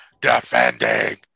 defending